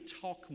talk